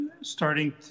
starting